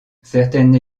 certaines